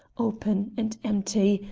open and empty,